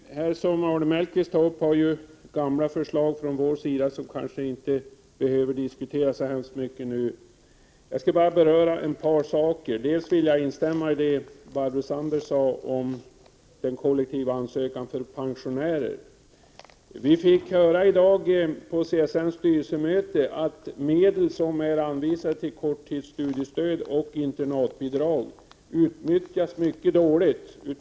Herr talman! Det som Arne Mellqvist tog upp var ju gamla förslag, som vi inte behöver diskutera så mycket nu. Jag skall bara beröra ett par saker. Till att börja med skall jag instämma i vad Barbro Sandberg sade om kollektiv ansökan för pensionärer. Vi fick i dag på CSN:s styrelsemöte höra att medel som anvisats till korttidsstudiestöd och internatbidrag utnyttjas mycket dåligt.